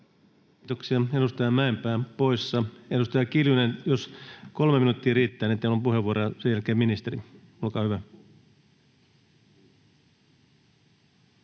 Kiitoksia. — Edustaja Mäenpää poissa. — Edustaja Kiljunen, jos 3 minuuttia riittää, niin teillä on puheenvuoro, ja sen jälkeen ministeri. — Olkaa hyvä.